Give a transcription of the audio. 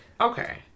Okay